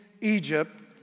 Egypt